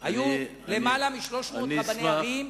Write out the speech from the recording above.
היו למעלה מ-300 רבני ערים?